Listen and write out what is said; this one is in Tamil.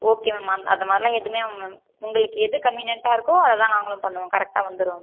ஓகே மேம் அது அது மாதிரில்லாம் எதுவுமே நாங்கள் உங்களுக்கு எது கன்வீனியன்ட்டாக இருக்கோ அதை தான் நாங்களும் பண்ணுவோம் கரெக்டாக வந்துடுவோம் மேம்